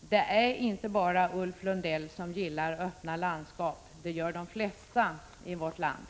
Det är inte bara Ulf Lundell som gillar ”Öppna landskap”. Det gör de flesta i vårt land.